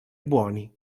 buoni